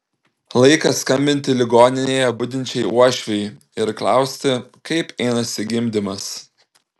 laikas skambinti ligoninėje budinčiai uošvei ir klausti kaip einasi gimdymas